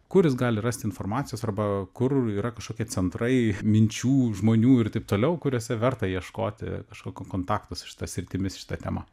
kur jis gali rasti informacijos arba kur yra kažkokie centrai minčių žmonių ir taip toliau kuriuose verta ieškoti kažkokio kontakto su šita sritimis šita tema